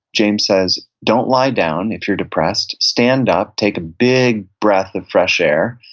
james says, don't lie down if you're depressed. stand up, take a big breath of fresh air,